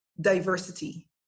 diversity